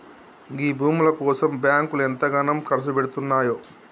గీ భూముల కోసం బాంకులు ఎంతగనం కర్సుపెడ్తున్నయో